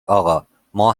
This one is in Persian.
اقا، ما